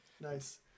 Nice